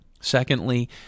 Secondly